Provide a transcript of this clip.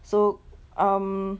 so um